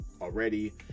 already